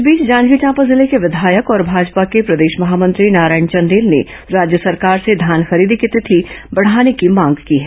इस बीच जांजगीर चांपा जिले के विधायक और भाजपा के प्रदेश महामंत्री नारायण चंदेल ने राज्य सरकार से धान खरीदी की तिथि बढाने की मांग की है